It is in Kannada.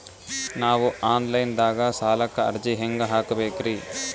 ನಾವು ಆನ್ ಲೈನ್ ದಾಗ ಸಾಲಕ್ಕ ಅರ್ಜಿ ಹೆಂಗ ಹಾಕಬೇಕ್ರಿ?